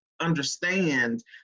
understand